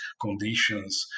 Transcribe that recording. conditions